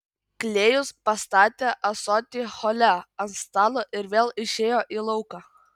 klėjus pastatė ąsotį hole ant stalo ir vėl išėjo į lauką